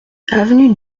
avenue